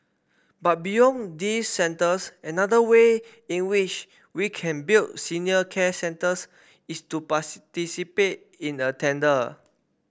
but beyond these centres another way in which we can build senior care centres is to in a tender